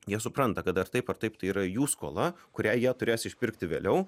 jie supranta kad ar taip ar taip tai yra jų skola kurią jie turės išpirkti vėliau